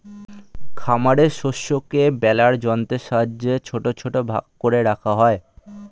খামারের শস্যকে বেলার যন্ত্রের সাহায্যে ছোট ছোট ভাগ করে রাখা হয়